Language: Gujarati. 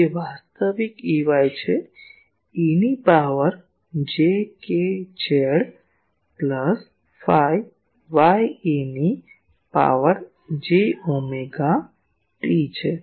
તે વાસ્તવિક Ey છે e ની power j k z plus phi y e ની પાવર j ઓમેગા t છે